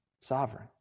Sovereign